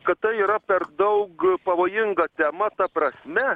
kad tai yra per daug pavojinga tema ta prasme